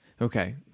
Okay